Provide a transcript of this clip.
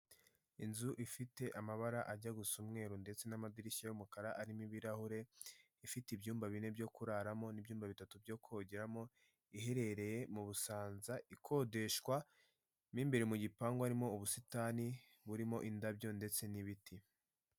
Imodoka nini cyane ikunda gutwara abantu by'umwihariko zikunda gukoreshwa mu mujyi wa Kigali imodoka zitwara abantu mu bice bike bitandukanye zitwara abantu benshi bagiye ahantu hamwe ahoza uba ufite ikarita uka ugakoza ku cyuma hanyuma amafaranga akavaho ukinjiramo hanyuma bakagutwararwa kugeza aho ugiye, si ibyo gusa kandi n'abagenda bahagaze turabona imbere umunyamaguru cyangwa se umugenzi ufite igare uri kugendera mu muhanda w'abanyamaguru.